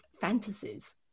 fantasies